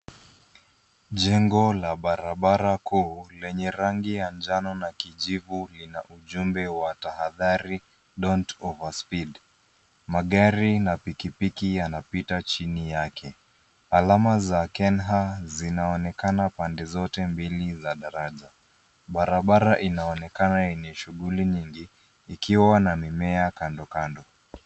Jengo la barabara kuu lenye rangi ya njano na kijivu lina ujumbe wa tahadhari, Don't Overspeed . Magari na pikipiki yanapita chini yake. Alama za KeNHA zinaonekana pande zote mbili za daraja. Barabara inaonekana yenye shughuli nyingi, ikiwa na mimea kando kando.